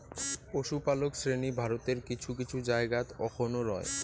পশুপালক শ্রেণী ভারতের কিছু কিছু জায়গাত অখনও রয়